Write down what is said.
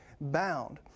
bound